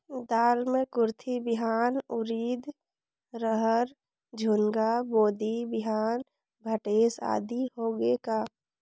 दाल मे कुरथी बिहान, उरीद, रहर, झुनगा, बोदी बिहान भटेस आदि होगे का?